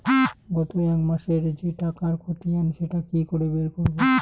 গত এক মাসের যে টাকার খতিয়ান সেটা কি করে বের করব?